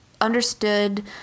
understood